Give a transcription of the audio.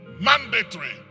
mandatory